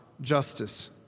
justice